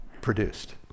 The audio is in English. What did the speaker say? produced